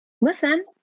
listen